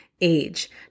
age